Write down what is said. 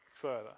further